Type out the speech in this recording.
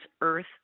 Earth